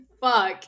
fuck